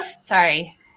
Sorry